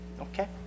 Okay